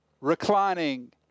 Reclining